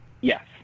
yes